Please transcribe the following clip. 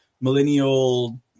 millennial